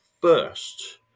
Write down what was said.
first